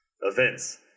Events